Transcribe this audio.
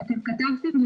אתם כתבתם,